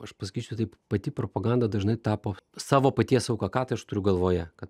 aš pasakysiu taip pati propaganda dažnai tapo savo paties auka ką tai aš turiu galvoje kad